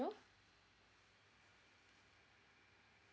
hmm